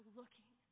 looking